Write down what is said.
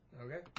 Okay